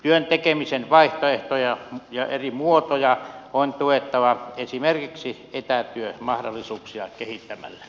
työn tekemisen vaihtoehtoja ja eri muotoja on tuettava esimerkiksi etätyömahdollisuuksia kehittämällä